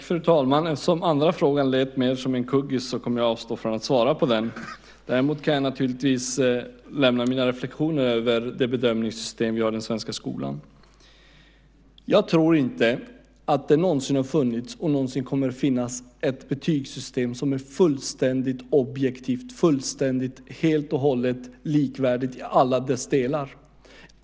Fru talman! Den andra frågan lät mer som en "kuggis". Jag kommer därför att avstå från att svara på den. Däremot kan jag naturligtvis ge mina reflexioner över det bedömningssystem som vi har i den svenska skolan. Jag tror inte att det någonsin har funnits eller någonsin kommer att finnas ett betygssystem som är fullständigt objektivt och fullständigt likvärdigt i alla sina delar.